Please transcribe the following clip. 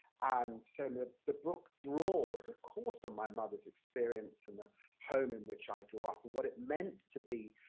um so and so the book draws, of course, on my mother's experience and the home in which i grew up, and what it meant to be.